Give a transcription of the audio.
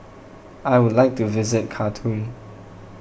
I would like to visit Khartoum